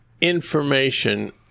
information